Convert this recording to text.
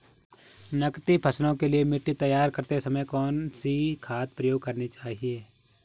नकदी फसलों के लिए मिट्टी तैयार करते समय कौन सी खाद प्रयोग करनी चाहिए?